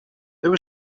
there